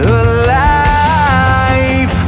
alive